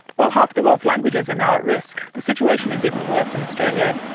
while half the world's languages are now at risk the situation is even worse in australia,